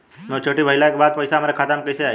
Maturity भईला के बाद पईसा हमरे खाता में कइसे आई?